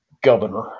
governor